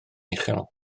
uchel